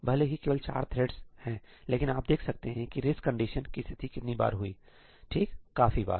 भले ही केवल चार थ्रेड्स हैंसही लेकिन आप देख सकते हैं कि रेस कंडीशन की स्थिति कितनी बार हुई है ठीक काफी बार